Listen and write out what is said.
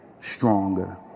stronger